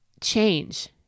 Change